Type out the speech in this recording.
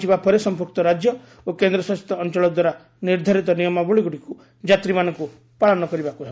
ଗନ୍ତବ୍ୟ ସ୍ଥଳୀରେ ପ୍ରହଞ୍ଚିବା ପରେ ସମ୍ପୁକ୍ତ ରାଜ୍ୟ ଓ କେନ୍ଦ୍ରଶାସିତ ଅଞ୍ଚଳ ଦ୍ୱାରା ନିର୍ଦ୍ଧାରିତ ନିୟମାବଳୀଗୁଡ଼ିକୁ ଯାତ୍ରୀମାନଙ୍କୁ ପାଳନ କରିବାକ୍ ହେବ